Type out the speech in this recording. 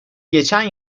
geçen